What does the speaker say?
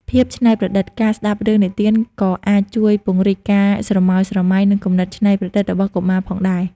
ភាពច្នៃប្រឌិត ការស្ដាប់រឿងនិទានក៏អាចជួយពង្រីកការស្រមើលស្រមៃ និងគំនិតច្នៃប្រឌិតរបស់កុមារផងដែរ។